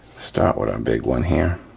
start with our big one here.